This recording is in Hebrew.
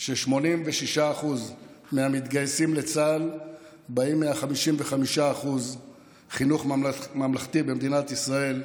ש-86% מהמתגייסים לצה"ל באים מה-55% של החינוך הממלכתי במדינת ישראל,